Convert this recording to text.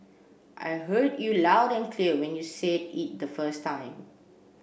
I heard you loud and clear when you said it the first time